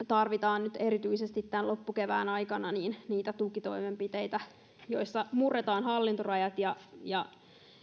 tarvitaan nyt erityisesti tämän loppukevään aikana tukitoimenpiteitä joissa murretaan hallintorajat ja